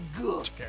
good